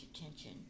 attention